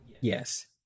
yes